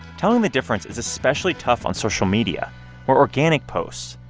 telling the difference is especially tough on social media or organic posts.